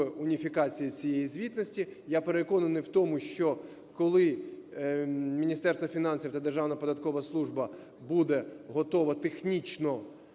уніфікації цієї звітності. Я переконаний в тому, що коли Міністерство фінансів та Державна податкова служба буде готова технічно